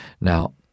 Now